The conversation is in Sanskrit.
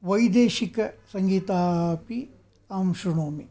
वैदेशिकसङ्गीताः अपि अहं श्रुणोमि